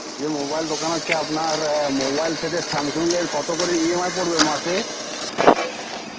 যে মোবাইল দোকান আছে আপনার মোবাইল সেটের স্যামসংয়ের কতো করে ই এম আই পড়বে মাসে